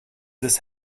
this